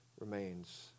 remains